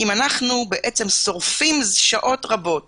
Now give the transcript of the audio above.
אם אנו שורפים שעות רבות